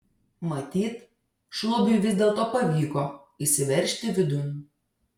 matyt šlubiui vis dėlto pavyko įsiveržti vidun